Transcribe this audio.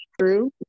true